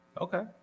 Okay